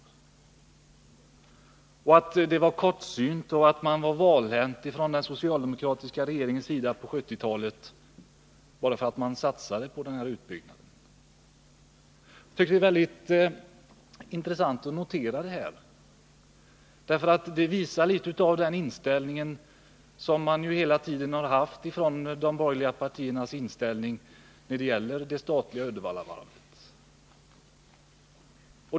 Vidare menade han att det var kortsynt och valhänt av den socialdemokratiska regeringen på 1970-talet att satsa på denna utbyggnad. Jag tycker att det är mycket intressant att notera det här. Det visar litet av den inställning som de borgerliga partierna hela tiden har haft när det gäller det statliga Uddevallavarvet.